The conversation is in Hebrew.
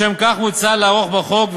לשם כך מוצע לערוך בחוק,